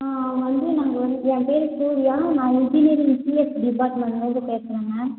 வந்து நாங்கள் வந்து ஏன் பேர் சூரியா நான் இன்ஜினியரிங் சிஎஸ் டிபார்மண்ட்லேந்து பேசுகிறேன் மேம்